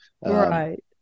Right